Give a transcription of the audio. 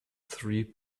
three